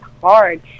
hard